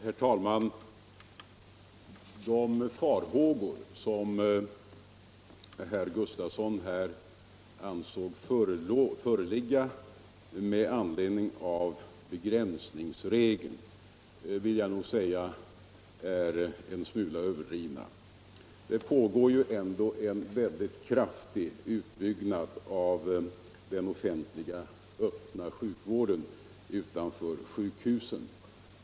Herr talman! De farhågor som Gustavsson i Ängelholm ansåg föreligger med anledning av begränsningsregeln vill jag nog säga är en srhula överdrivna. Det pågår en kraftig utbyggnad av den offentliga öppna sjukvården utanför sjukhusen.